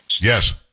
Yes